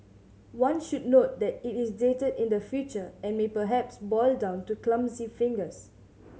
one should note that it is dated in the future and may perhaps boil down to clumsy fingers